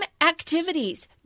activities